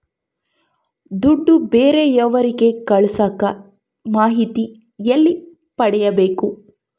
ದುಡ್ಡು ಬೇರೆಯವರಿಗೆ ಕಳಸಾಕ ಮಾಹಿತಿ ಎಲ್ಲಿ ಪಡೆಯಬೇಕು?